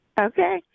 Okay